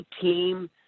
team